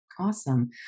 Awesome